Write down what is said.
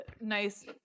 nice